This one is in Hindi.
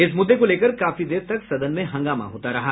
इस मुद्दे को लेकर काफी देर तक सदन में हंगामा होता रहा